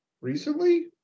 recently